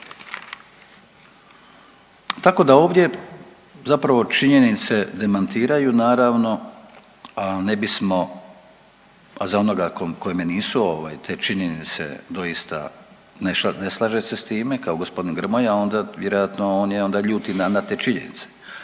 Tako da ovdje zapravo činjenice demantiraju naravno, ali ne bismo za onoga kome nisu te činjenice doista, ne slaže se sa time kao gospodin Grmoja, onda vjerojatno on je onda ljut i na te činjenice.